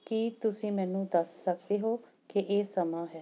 ਕੀ ਤੁਸੀਂ ਮੈਨੂੰ ਦੱਸ ਸਕਦੇ ਹੋ ਕਿ ਇਹ ਸਮਾਂ ਹੈ